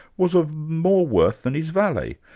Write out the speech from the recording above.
was of more worth than his valet,